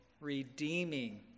redeeming